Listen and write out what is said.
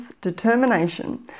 determination